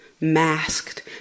Masked